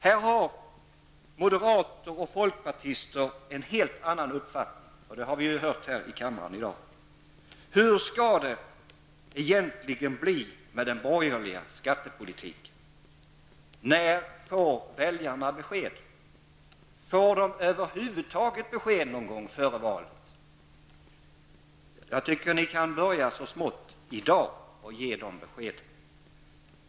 Här har moderater och folkpartister en helt annan uppfattning. Det har vi ju hört här i kammaren i dag. Hur skall det egentligen bli med den borgerliga skattepolitiken? När får väljarna besked? Får de över huvud taget besked någon gång före valet? Jag tycker att ni kan börja så smått i dag att ge de beskeden.